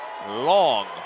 long